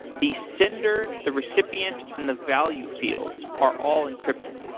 the sender, the recipient, and the value fields are all encrypted.